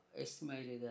estimated